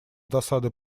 досадой